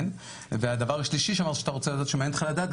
הדבר השלישי שאמרת שמעניין אותך לדעת,